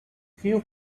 few